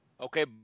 Okay